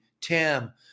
Tim